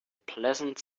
pleasant